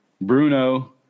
Bruno